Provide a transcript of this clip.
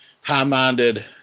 high-minded